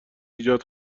ایجاد